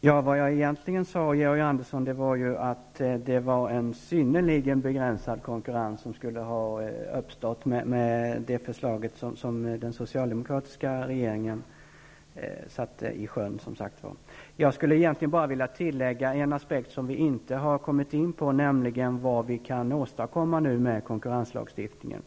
Herr talman! Jag sade egentligen, Georg Andersson, att det var en synnerligen begränsad konkurrens som skulle ha uppstått med det förslag som den socialdemokratiska regeringen satte i sjön. Jag vill lägga till en aspekt som vi inte har kommit in på, nämligen vad vi kan åstadkomma med konkurrenslagstiftningen.